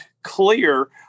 clear